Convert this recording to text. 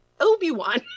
obi-wan